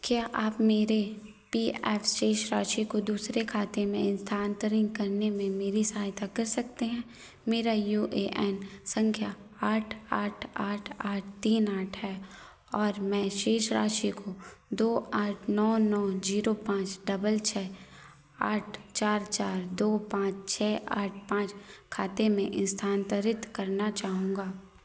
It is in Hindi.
क्या आप मेरे पी एफ शेष राशि को दूसरे खाते में स्थानांतरित करने में मेरी सहायता कर सकते हैं मेरा यू ए एन संख्या आठ आठ आठ आठ तीन आठ है और मैं शेष राशि को दो आठ नौ नौ जीरो पाँच डबल छः आठ चार चार दो पाँच छः आठ पाँच खाते में स्थानांतरित करना चाहूँगा